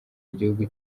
igihugu